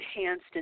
enhanced